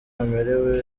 amerewe